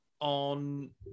on